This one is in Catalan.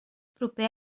proper